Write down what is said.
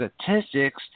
statistics